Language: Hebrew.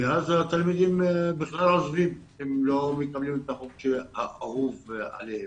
ואז התלמידים עוזבים אם הם לא מקבלים את החוג שאהוב עליהם.